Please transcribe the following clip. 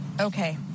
Okay